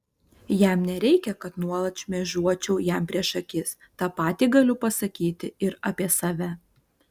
jam nereikia kad nuolat šmėžuočiau jam prieš akis tą patį galiu pasakyti ir apie save